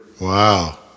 Wow